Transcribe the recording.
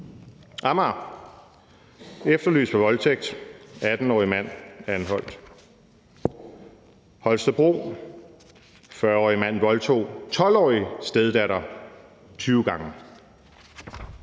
Amager: Efterlyst for voldtægt: 18-årig mand anholdt. Holstebro: »40-årig mand voldtog 12-årig steddatter 20 gange«.